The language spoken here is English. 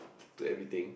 to everything